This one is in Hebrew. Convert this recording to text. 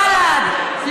בל"ד,